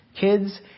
Kids